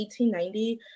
1890